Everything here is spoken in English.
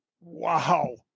Wow